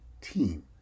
team